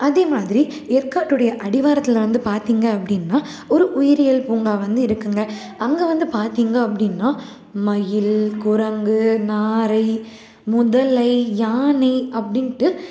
அதே மாதிரி ஏற்காட்டுடைய அடிவாரத்திலிருந்து பார்த்திங்க அப்படின்னா ஒரு உயிரியல் பூங்கா வந்து இருக்குதுங்க அங்கே வந்து பார்த்திங்க அப்படின்னா மயில் குரங்கு நாரை முதலை யானை அப்படின்ட்டு